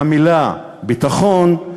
מהמילה ביטחון,